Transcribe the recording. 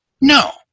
No